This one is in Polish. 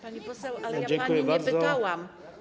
Pani poseł, ale ja pani nie pytałam.